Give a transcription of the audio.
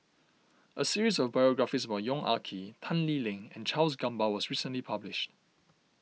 a series of biographies about Yong Ah Kee Tan Lee Leng and Charles Gamba was recently published